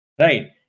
right